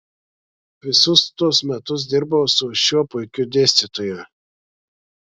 visus tuos metus dirbau su šiuo puikiu dėstytoju